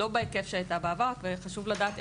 לא בהיקף שהייתה בעבר וחשוב לדעת,